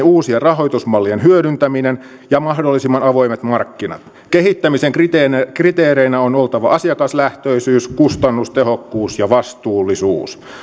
uusien rahoitusmallien hyödyntäminen ja mahdollisimman avoimet markkinat kehittämisen kriteereinä kriteereinä on oltava asiakaslähtöisyys kustannustehokkuus ja vastuullisuus